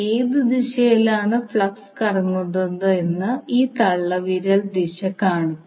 ഏത് ദിശയിലാണ് ഫ്ലക്സ് കറങ്ങുന്നതെന്ന് ഈ തള്ളവിരൽ ദിശ കാണിക്കും